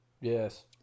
Yes